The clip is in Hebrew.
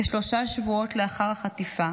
כשלושה שבועות לאחר החטיפה